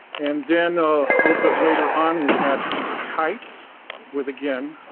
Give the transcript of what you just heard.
and then a little bit later on we had kites with again,